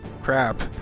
crap